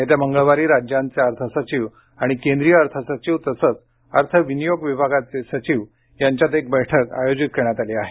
येत्या मंगळवारी राज्यांचे अर्थसचिव आणि केंद्रीय अर्थसचिव तसंच अर्थ विनियोग विभागाचे सचिव यांच्यात एक बैठक आयोजित करण्यात आली आहे